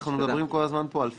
מדברים כל הזמן פה על פקטור.